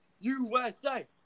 USA